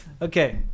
Okay